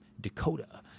Dakota